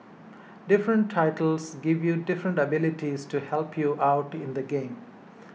different tiles give you different abilities to help you out in the game